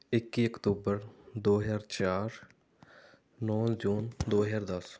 ਇੱਕੀ ਅਕਤੂਬਰ ਦੋ ਹਜ਼ਾਰ ਚਾਰ ਨੌ ਜੂਨ ਦੋ ਹਜ਼ਾਰ ਦਸ